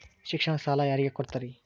ಶಿಕ್ಷಣಕ್ಕ ಸಾಲ ಯಾರಿಗೆ ಕೊಡ್ತೇರಿ?